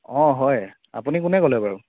অঁ হয় আপুনি কোনে ক'লে বাৰু